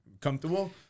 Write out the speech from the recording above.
comfortable